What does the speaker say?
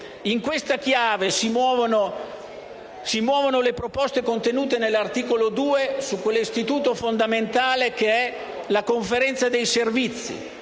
In questa chiave si muovono le proposte, contenute nell'articolo 2, su quell'istituto fondamentale che è la Conferenza dei servizi.